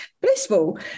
blissful